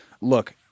look